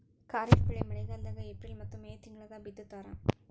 ಖಾರಿಫ್ ಬೆಳಿ ಮಳಿಗಾಲದಾಗ ಏಪ್ರಿಲ್ ಮತ್ತು ಮೇ ತಿಂಗಳಾಗ ಬಿತ್ತತಾರ